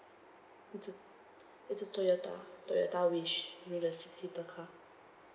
it's a it's a toyota toyota wish you know the six seater car